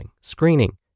screening